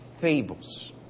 Fables